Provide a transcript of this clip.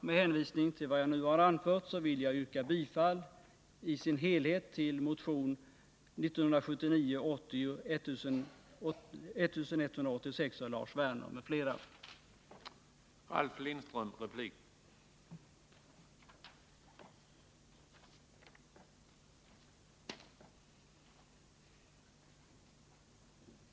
Med hänvisning till vad jag nu har anfört vill jag yrka bifall till motion 1979/80:1186 av Lars Werner m.fl. i dess helhet.